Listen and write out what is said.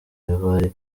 y’abari